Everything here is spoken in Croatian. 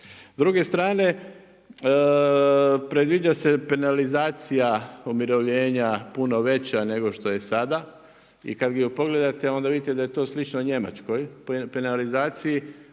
druge strane predviđa se penalizacija umirovljena puno veća nego što je sada i kada ju pogledate onda vidite da je to slično njemačkoj penalizaciji,